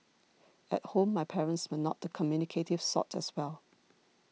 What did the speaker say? at home my parents were not the communicative sort as well